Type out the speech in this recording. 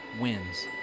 wins